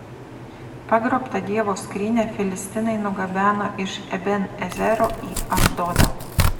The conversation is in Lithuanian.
pagrobtą dievo skrynią filistinai nugabeno iš eben ezero į ašdodą